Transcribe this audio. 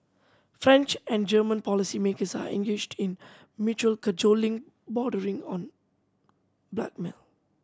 French and German policymakers are engaged in mutual cajoling bordering on blackmail